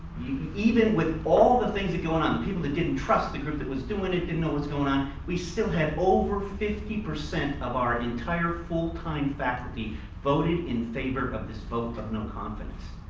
even with all the things going on, people that didn't trust the group that was doing it, didn't know what's going on, we still had over fifty percent of our entire full time faculty voted in favor of this vote of no confidence.